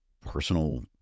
personal